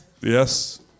Yes